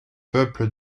peuple